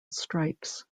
stripes